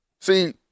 See